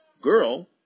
girl